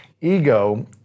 ego